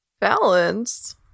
balance